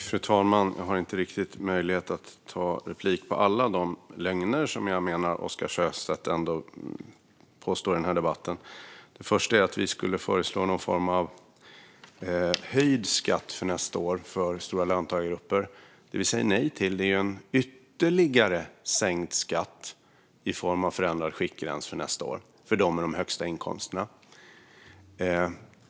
Fru talman! Jag har inte möjlighet att i min replik ta upp alla de lögner som jag menar att Oscar Sjöstedt kommer med i denna debatt. Den första är att vi skulle föreslå höjd skatt nästa år för stora löntagargrupper. Det vi säger nej till är en ytterligare sänkt skatt i form av förändrad skiktgräns för nästa år, för dem med de högsta inkomsterna.